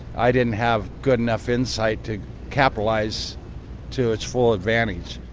i didn't have good enough insight to capitalize to its full advantage.